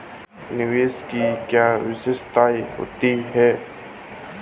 निवेश की क्या विशेषता होती है?